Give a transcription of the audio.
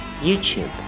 YouTube